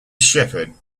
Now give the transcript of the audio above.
shepard